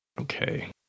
Okay